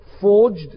forged